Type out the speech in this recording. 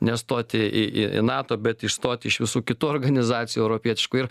nestoti į į į nato bet išstot iš visų kitų organizacijų europietiškų ir